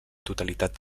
totalitat